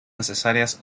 necesarias